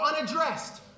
unaddressed